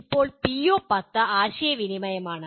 ഇപ്പോൾ പിഒ10 ആശയവിനിമയമാണ്